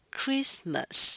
Christmas